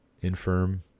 infirm